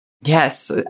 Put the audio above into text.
Yes